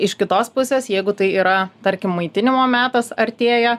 iš kitos pusės jeigu tai yra tarkim maitinimo metas artėja